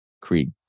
Creed